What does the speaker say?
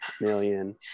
million